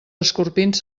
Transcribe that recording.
escorpins